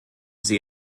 sie